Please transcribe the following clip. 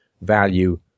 value